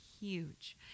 huge